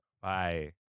bye